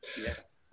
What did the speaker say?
yes